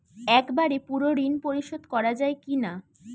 একবারে পুরো ঋণ পরিশোধ করা যায় কি না?